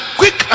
quick